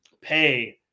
pay